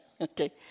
Okay